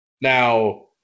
Now